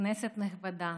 כנסת נכבדה,